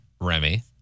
Remy